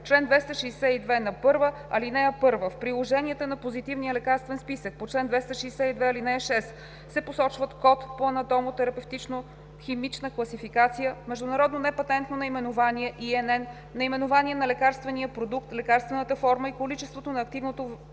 – 262³: „Чл. 262¹. (1) В приложенията на Позитивния лекарствен списък по чл. 262, ал. 6 се посочват: код по анатомо-терапевтично-химична класификация, международно непатентно наименование (INN), наименование на лекарствения продукт, лекарствената форма и количеството на активното лекарствено